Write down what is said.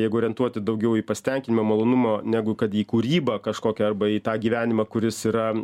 jeigu orientuoti daugiau į pastatymą malonumo negu kad į kūrybą kažkokią arba į tą gyvenimą kuris yra